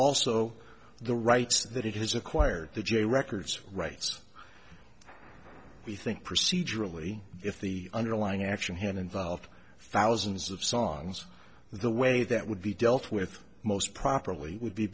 also the rights that it has acquired the j records rights we think procedurally if the underlying action had involved thousands of songs the way that would be dealt with most properly would be